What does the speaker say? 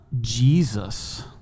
Jesus